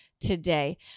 today